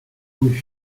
was